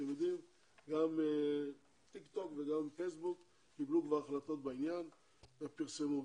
גם טיק טוק וגם פייסבוק קיבלו החלטות בעניין ופרסמו אותן.